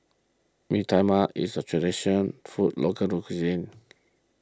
Bee Tai Mak is a traditional food local lo cuisine